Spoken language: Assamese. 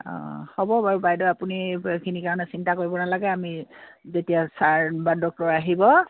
অঁ হ'ব বাৰু বাইদেউ আপুনি এইখিনিৰ কাৰণে চিন্তা কৰিব নালাগে আমি যেতিয়া ছাৰ বা ডক্টৰ আহিব